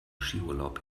skiurlaub